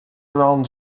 around